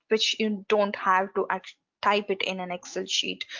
which you don't have to actually type it in an excel sheet.